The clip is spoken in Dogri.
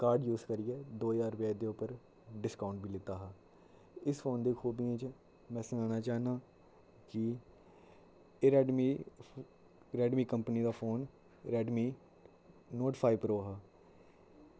कार्ड यूज करियै दो ज्हार रपे एह्दे उप्पर डिस्काऊंट बी लैता हा इस फोन दी खुबियें च में सनाना चाह्नां की एह् रेडमी रेडमी कंपनी दा phone Redmi note five pro हा